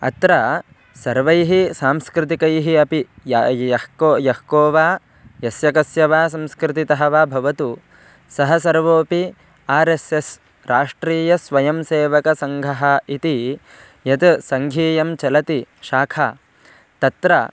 अत्र सर्वैः सांस्कृतिकैः अपि या यः को यः को वा यस्य कस्य वा संस्कृतितः वा भवतु सः सर्वोपि आर् एस् एस् राष्ट्रीयस्वयंसेवकसङ्घः इति यत् सङ्घीयं चलति शाखा तत्र